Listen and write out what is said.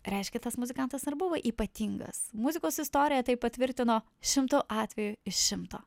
reiškia tas muzikantas ir buvo ypatingas muzikos istorija tai patvirtino šimtu atvejų iš šimto